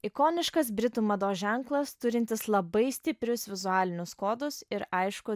ikoniškas britų mados ženklas turintis labai stiprius vizualinius kodus ir aišku